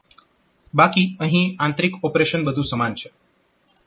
બાકી અહીં આંતરીક ઓપરેશન બધું સમાન છે